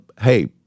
Hey